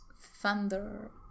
thunder